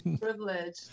Privilege